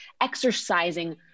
exercising